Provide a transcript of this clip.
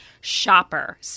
shopper